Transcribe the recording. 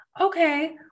Okay